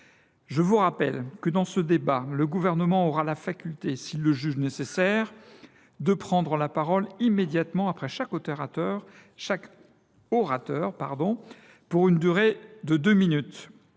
pour la France ?» Dans ce débat, le Gouvernement aura la faculté, s’il le juge nécessaire, de prendre la parole immédiatement après chaque orateur pour une durée de deux minutes